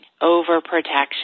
over-protection